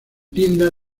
linda